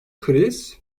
kriz